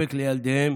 ולספק לילדיהן